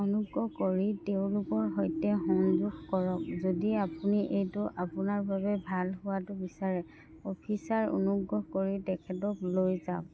অনুগ্ৰহ কৰি তেওঁলোকৰ সৈতে সহযোগ কৰক যদি আপুনি এইটো আপোনাৰ বাবে ভাল হোৱাটো বিচাৰে অফিচাৰ অনুগ্ৰহ কৰি তেখেতক লৈ যাওক